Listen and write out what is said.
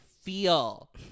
feel